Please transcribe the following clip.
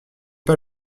pas